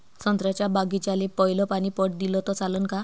संत्र्याच्या बागीचाले पयलं पानी पट दिलं त चालन का?